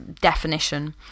definition